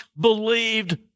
believed